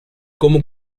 como